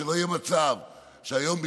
שלא יהיה מצב שהיום,